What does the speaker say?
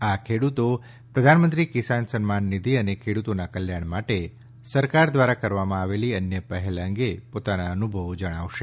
આ ખેડૂતો પ્રધાનમંત્રી કિસાન સન્માન નિધિ અને ખેડૂતોના કલ્યાણ માટે સરકાર દ્વારા કરવામાં આવેલી અન્ય પહેલ અંગે પોતાના અનુભવો જણાવશે